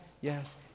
yes